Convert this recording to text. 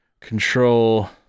Control